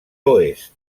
oest